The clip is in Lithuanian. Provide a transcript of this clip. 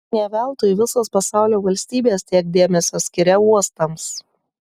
ne veltui visos pasaulio valstybės tiek dėmesio skiria uostams